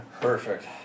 Perfect